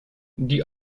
die